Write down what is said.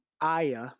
Aya